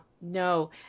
no